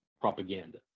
propaganda